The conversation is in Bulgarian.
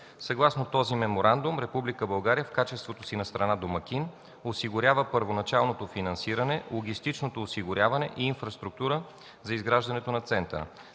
Съгласно този меморандум Република България, в качеството си на страна домакин, осигурява първоначалното финансиране, логистичното осигуряване и инфраструктура за изграждането на центъра.